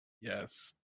yes